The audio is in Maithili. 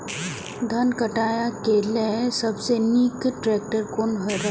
धान काटय के लेल सबसे नीक ट्रैक्टर कोन रहैत?